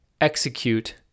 execute